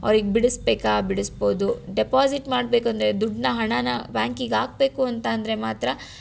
ಅವ್ರಿಗೆ ಬಿಡಿಸ್ಬೇಕಾ ಬಿಡಿಸ್ಬೋದು ಡೆಪಾಸಿಟ್ ಮಾಡಬೇಕಂದ್ರೆ ದುಡ್ಡನ್ನು ಹಣ ಬ್ಯಾಂಕಿಗೆ ಹಾಕ್ಬೇಕು ಅಂತಂದರೆ ಮಾತ್ರ